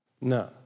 No